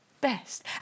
best